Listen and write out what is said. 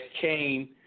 came